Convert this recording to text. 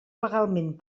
legalment